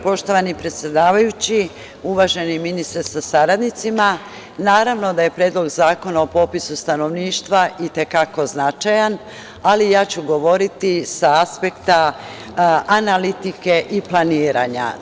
Poštovani predsedavajući, uvaženi ministre sa saradnicima, naravno da je Predlog zakona o popisu stanovništva i te kako značajan, ali ja ću govoriti sa aspekta analitike i planiranja.